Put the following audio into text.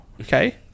okay